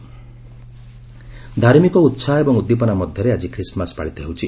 Christmas ଧାର୍ମିକ ଉତ୍ସାହ ଏବଂ ଉଦ୍ଦିପନା ମଧ୍ୟରେ ଆଜି କ୍ରିଷ୍ଟମାସ ପାଳିତ ହେଉଛି